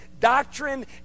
Doctrine